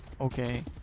Okay